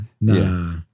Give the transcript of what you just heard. nah